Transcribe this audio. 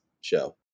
show